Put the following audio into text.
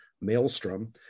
Maelstrom